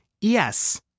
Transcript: Yes